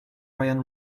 ryan